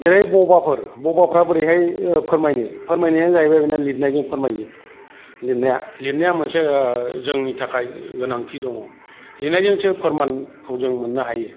जेरै बबाफोर बबाफोरा बोरैहाय फोरमायनो फोरमायनायानो जाहैबाय बेना लिरनायजों फोरमायो लिरनाया मोनसे जोंनि थाखाय गोनांथि दङ लिरनायजोंसो फोरमानखौ जों मोननो हायो